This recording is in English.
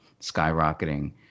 skyrocketing